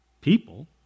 people